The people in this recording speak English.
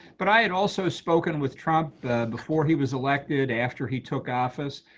but i had also spoken with trump before he was elected, after he took office.